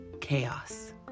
chaos